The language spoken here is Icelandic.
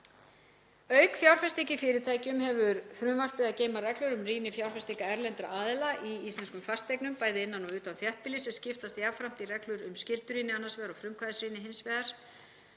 Auk fjárfestinga í fyrirtækjum hefur frumvarpið að geyma reglur um rýni fjárfestinga erlendra aðila í íslenskum fasteignum, bæði innan og utan þéttbýlis, sem skiptast jafnframt í reglur um skyldurýni annars vegar og frumkvæðisrýni hins vegar.